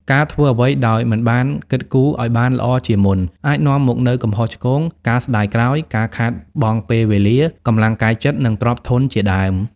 ការធ្វើអ្វីដោយមិនបានគិតគូរឱ្យបានល្អជាមុន អាចនាំមកនូវកំហុសឆ្គង ការស្តាយក្រោយ ការខាតបង់ពេលវេលា កម្លាំងកាយចិត្ត និងទ្រព្យធនជាដើម។